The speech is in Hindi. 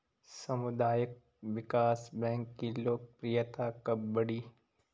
सामुदायिक विकास बैंक की लोकप्रियता कब बढ़ी?